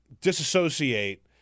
disassociate